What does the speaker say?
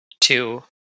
two